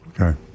Okay